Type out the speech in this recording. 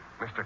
Mr